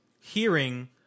hearing